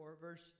verse